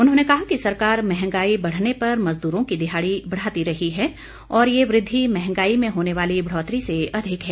उन्होंने कहा कि सरकार महंगाई बढ़ने पर मजदूरों की दिहाड़ी बढ़ाती रही है और यह वृद्धि महंगाई में होने वाली बढ़ोतरी से अधिक है